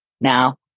Now